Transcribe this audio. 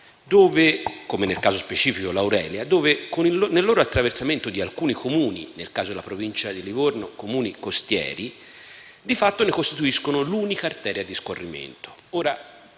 statali - nel caso specifico, l'Aurelia - che, con il loro attraversamento di alcuni Comuni (nel caso della Provincia di Livorno, Comuni costieri), di fatto ne costituiscono l'unica arteria di scorrimento.